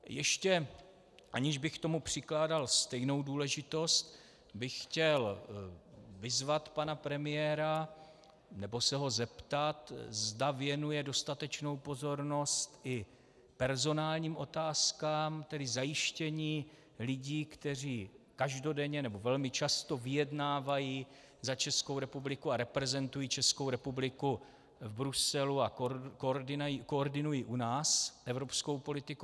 Ještě, aniž bych tomu přikládal stejnou důležitost, bych chtěl vyzvat pana premiéra, nebo se ho zeptat, zda věnuje dostatečnou pozornost i personálním otázkám, tedy zajištění lidí, kteří každodenně, nebo velmi často vyjednávají za Českou republiku a reprezentují Českou republiku v Bruselu a koordinují u nás evropskou politiku.